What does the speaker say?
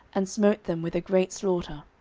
and smote them with a great slaughter.